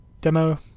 demo